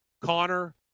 Connor